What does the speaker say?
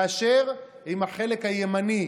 מאשר עם החלק הימני,